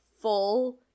full